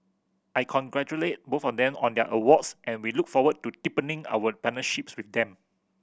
I congratulate both of them on their awards and we look forward to deepening our partnerships with them